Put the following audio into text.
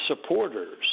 supporters